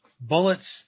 bullets